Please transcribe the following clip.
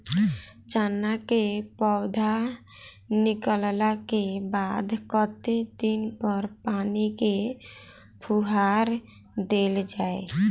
चना केँ पौधा निकलला केँ बाद कत्ते दिन पर पानि केँ फुहार देल जाएँ?